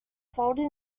folded